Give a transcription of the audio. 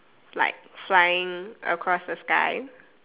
like flying across the sky